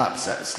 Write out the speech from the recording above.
סליחה.